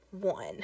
one